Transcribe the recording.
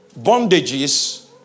bondages